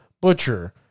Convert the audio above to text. Butcher